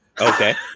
okay